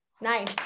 nice